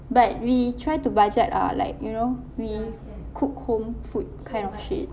but we try to budget ah like you know we cook home food kind of shit